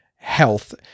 Health